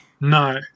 No